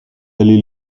allez